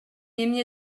эмне